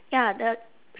ya the